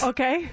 Okay